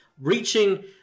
Reaching